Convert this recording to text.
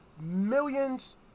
millions